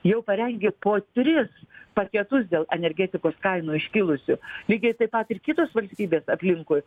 jau parengė po tris paketus dėl energetikos kainų iškilusių lygiai taip pat ir kitos valstybės aplinkui